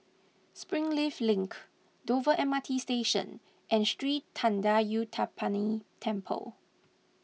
Springleaf Link Dover M R T Station and Sri thendayuthapani Temple